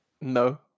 No